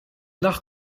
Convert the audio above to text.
nach